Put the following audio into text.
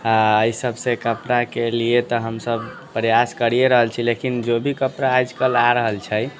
आओर अय सबसँ कपड़ाके लिए तऽ हमसब प्रयास करिये रहल छियै लेकिन जो भी कपड़ा आज कल आ रहल छै